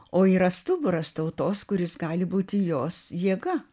o yra stuburas tautos kuris gali būti jos jėga